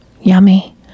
yummy